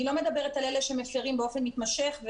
אני לא מדברת על אלה שמפרים באופן מתמשך,